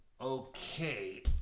Okay